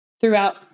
throughout